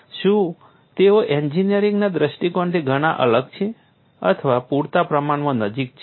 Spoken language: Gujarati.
શું તેઓ એન્જિનિયરિંગના દ્રષ્ટિકોણથી ઘણા અલગ છે અથવા પૂરતા પ્રમાણમાં નજીક છે